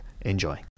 Enjoy